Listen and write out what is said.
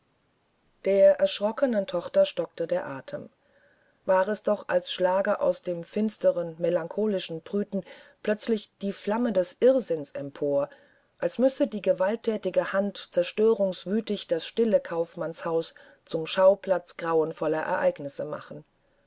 der erschrockenen tochter stockte der atem war es doch als schlage aus dem finsteren melancholischen brüten plötzlich die flamme des irrsinns empor als müsse die gewaltthätige hand zerstörungswütig das stille kaufmannshaus zum schauplatz grauenvoller ereignisse machen